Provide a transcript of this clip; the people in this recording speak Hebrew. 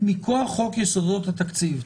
מכוח חוק יסודות התקציב.